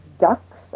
ducks